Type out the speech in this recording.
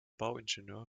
bauingenieur